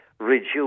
reduce